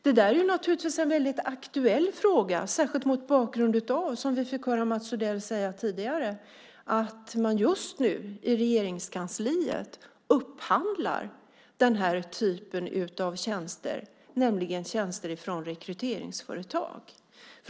Detta är naturligtvis en väldigt aktuell fråga, särskilt mot bakgrund av, som vi fick höra Mats Odell säga tidigare, att man i Regeringskansliet just nu upphandlar den här typen av tjänster, nämligen tjänster från rekryteringsföretag.